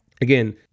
again